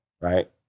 Right